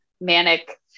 manic